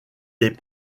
des